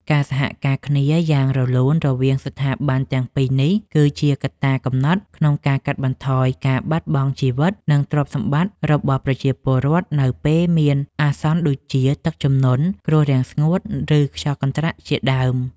ការសហការគ្នាយ៉ាងរលូនរវាងស្ថាប័នទាំងពីរនេះ គឺជាកត្តាកំណត់ក្នុងការកាត់បន្ថយការបាត់បង់ជីវិត និងទ្រព្យសម្បត្តិរបស់ប្រជាពលរដ្ឋនៅពេលមានអាសន្នដូចជា ទឹកជំនន់ គ្រោះរាំងស្ងួត ឬខ្យល់កន្ត្រាក់ជាដើម។